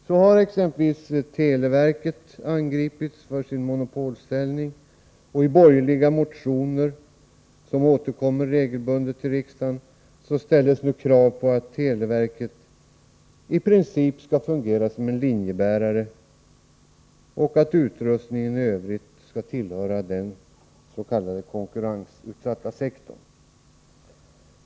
Så har exempelvis televerket angripits för sin monopolställning, och i borgerliga motioner som regelbundet återkommer till riksdagen ställs krav på att televerket i princip skall fungera som linjebärare och att utrustningen i övrigt skall tillhöra den s.k. konkurrensutsatta sektorn.